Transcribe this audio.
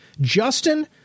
Justin